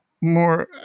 more